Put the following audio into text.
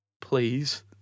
Please